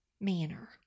manner